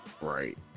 right